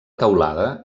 teulada